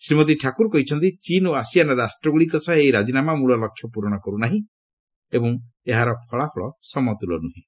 ଶ୍ରୀମତୀ ଠାକୁର କହିଛନ୍ତି ଚୀନ୍ ଓ ଆସିଆନ୍ ରାଷ୍ଟ୍ରଗୁଡ଼ିକ ସହ ଏହି ରାଜିନାମା ମୂଳ ଲକ୍ଷ୍ୟ ପୂରଣ କରୁନାହିଁ ଏବଂ ଏହାର ଫଳାଫଳ ସମତୁଲ ନୁହେଁ